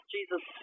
Jesus